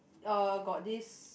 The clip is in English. uh got this